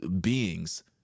beings